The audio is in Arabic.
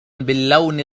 باللون